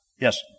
Yes